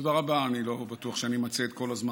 תראו,